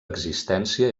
existència